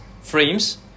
frames